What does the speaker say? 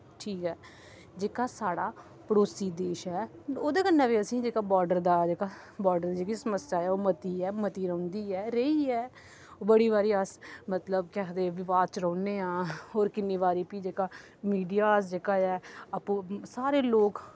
ठीक ऐ जेह्का साढ़ा पड़ोसी देश ऐ ओह्दे कन्नै बी असें जेह्का बार्डर दा जेह्का बार्डर दी समस्या ऐ ओह् मती ऐ मती रौंह्दी ऐ रेही ऐ बड़ी बारी अस मतलब केह् आखदे विवाद च रौह्न्ने आं होर किन्नी बारी भी जेह्का मीडिया च जेह्का ऐ आपूं सारे लोक